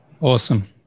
Awesome